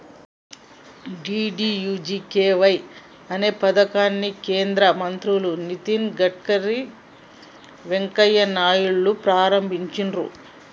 DDUGKY అనే పథకాన్ని కేంద్ర మంత్రులు నితిన్ గడ్కరీ, వెంకయ్య నాయుడులు ప్రారంభించిర్రు